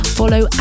follow